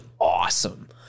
awesome